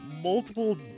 multiple